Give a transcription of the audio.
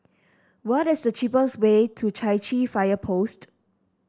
what is the cheapest way to Chai Chee Fire Post